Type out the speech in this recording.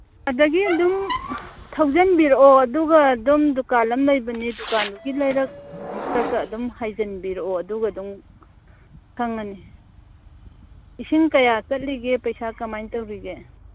ꯑꯗꯒꯤ ꯑꯗꯨꯝ ꯊꯧꯖꯟꯕꯤꯔꯛꯑꯣ ꯑꯗꯨꯒ ꯑꯗꯨꯝ ꯗꯨꯀꯥꯟ ꯑꯃ ꯂꯩꯕꯅꯤ ꯗꯨꯀꯥꯟꯗꯨꯒꯤ ꯂꯩꯔꯛꯇꯨꯒ ꯑꯗꯨꯝ ꯍꯥꯏꯖꯟꯕꯤꯔꯛꯑꯣ ꯑꯗꯨꯒ ꯑꯗꯨꯝ ꯈꯪꯉꯅꯤ ꯏꯁꯤꯡ ꯀꯌꯥ ꯆꯠꯂꯤꯒꯦ ꯄꯩꯁꯥ ꯀꯃꯥꯏꯅ ꯇꯧꯔꯤꯒꯦ